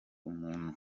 umuntu